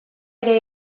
ere